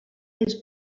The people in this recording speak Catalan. els